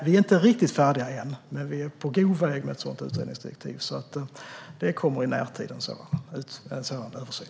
Vi är inte riktigt färdiga än, men vi är på god väg med ett sådant utredningsdirektiv. En sådan översyn kommer alltså i närtid.